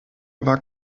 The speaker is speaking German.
war